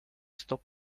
stop